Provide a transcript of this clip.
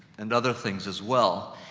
and other things as well.